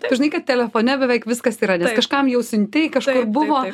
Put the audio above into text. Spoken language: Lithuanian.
tu žinai kad telefone beveik viskas yra kažkam jau siuntėjai kažkur buvo